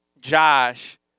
Josh